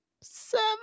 Seven